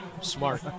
smart